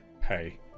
pay